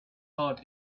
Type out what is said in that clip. heart